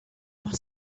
must